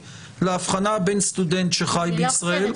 בהבחנה לגבי סטודנט שחי בישראל.